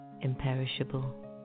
imperishable